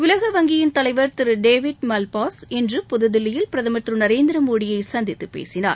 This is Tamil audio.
உலக வங்கியின் தலைவர் திரு டேவிட் மல்பாஸ் இன்று புதுதில்லியில் பிரதம் திரு நரேந்திர மோடியை சந்தித்து பேசினார்